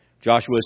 Joshua